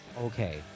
okay